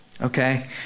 Okay